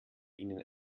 ihnen